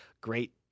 Great